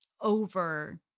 over